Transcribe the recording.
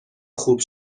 خوب